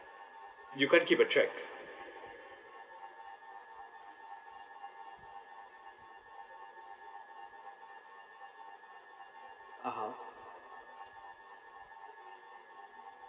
you can't keep a track (uh huh)